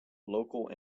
local